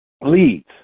leads